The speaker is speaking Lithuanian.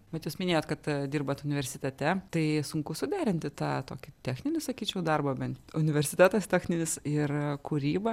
bet jūs minėjot kad dirbat universitete tai sunku suderinti tą tokį techninį sakyčiau darbą bent universitetas techninis ir kūryba